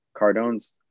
Cardone's